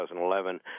2011